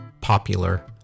popular